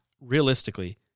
realistically